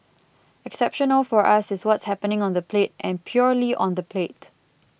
exceptional for us is what's happening on the plate and purely on the plate